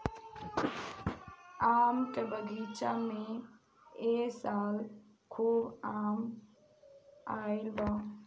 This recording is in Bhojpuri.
आम के बगीचा में ए साल खूब आम आईल बा